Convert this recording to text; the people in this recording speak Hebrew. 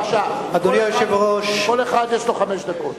בבקשה, כל אחד יש לו חמש דקות.